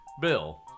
bill